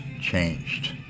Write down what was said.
changed